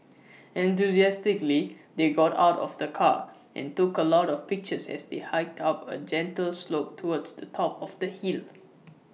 enthusiastically they got out of the car and took A lot of pictures as they hiked up A gentle slope towards the top of the hill